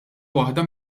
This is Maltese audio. waħda